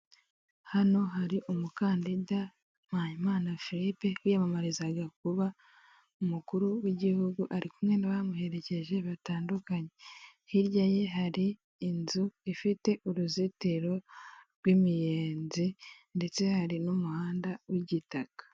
Hano hari umukandida Muhayimana Filipe wiyamamarizaga kuba umukuru w'igihugu ari kumwe n'abamuherekeje batandukanye, hirya ye hari inzu ifite uruzitiro rw'imiyenzi ndetse hari n'umuhanda w'igitaka.